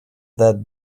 that